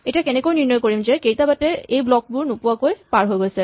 এতিয়া কেনেকৈ নিৰ্ণয় কৰিম যে কেইটা বাটে এই ব্লক বোৰ নোপোৱাকৈ পাৰ হৈ গৈছে